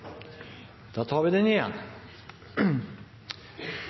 da vi